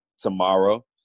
tomorrow